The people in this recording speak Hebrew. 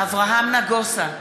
אברהם נגוסה,